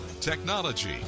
Technology